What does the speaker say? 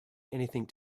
anything